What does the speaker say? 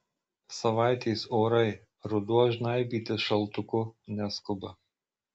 savaitės orai ruduo žnaibytis šaltuku neskuba